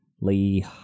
Lee